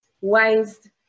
wise